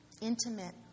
intimate